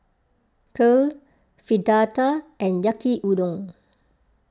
Kheer Fritada and Yaki Udon